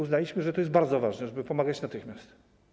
Uznaliśmy, że to bardzo ważne, żeby pomagać natychmiast.